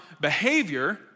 behavior